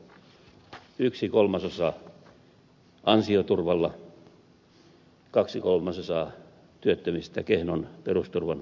yksi kolmasosa työttömistä ansioturvalla kaksi kolmasosaa kehnon perusturvan varassa